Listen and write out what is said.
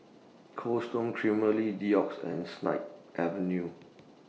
Cold Stone Creamery Doux and Snip Avenue